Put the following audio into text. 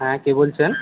হ্যাঁ কে বলছেন